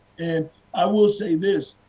and i will say this,